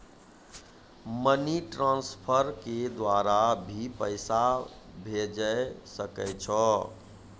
Money transfer के द्वारा भी पैसा भेजै सकै छौ?